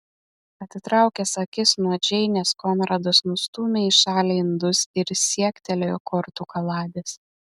atitraukęs akis nuo džeinės konradas nustūmė į šalį indus ir siektelėjo kortų kaladės